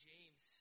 James